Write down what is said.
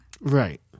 Right